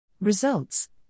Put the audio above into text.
Results